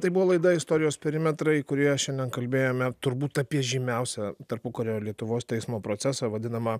tai buvo laida istorijos perimetrai kurioje šiandien kalbėjome turbūt apie žymiausią tarpukario lietuvos teismo procesą vadinamą